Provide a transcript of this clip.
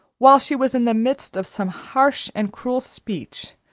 while she was in the midst of some harsh and cruel speech,